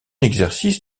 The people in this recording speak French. exercice